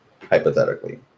hypothetically